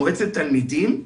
מועצת תלמידים,